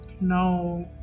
Now